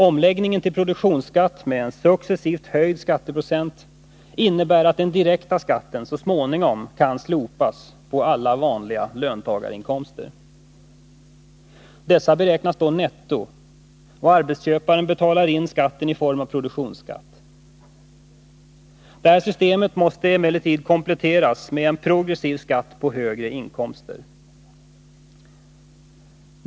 Omläggningen till produktionsskatt med en successivt höjd skatteprocent innebär att den direkta skatten så småningom kan slopas på alla vanliga löntagarinkomster. Dessa beräknas då netto, och arbetsköparen betalar in skatten i form av produktionsskatt. Det här systemet måste emellertid kompletteras med en progressiv skatt på högre inkomster.